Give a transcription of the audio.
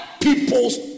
people's